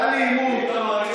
איתמר,